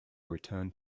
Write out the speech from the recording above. returned